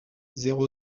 zéro